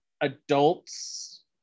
adults